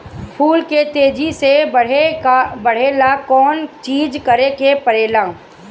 फूल के तेजी से बढ़े ला कौन चिज करे के परेला?